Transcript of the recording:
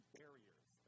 barriers